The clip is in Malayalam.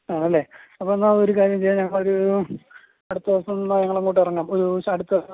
ആണല്ലേ അപ്പം എന്നാൽ ഒരു കാര്യം ചെയ്യാം ഞങ്ങൾ ഒരു അടുത്ത ദിവസം എന്നാൽ ഞങ്ങൾ അങ്ങോട്ട് ഇറങ്ങാം ഒരു ദിവസം അടുത്ത